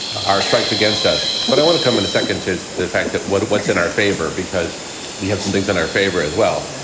are strikes against us. but i want to come in a second to the fact that what's in our favor, because we have some things in our favor as well.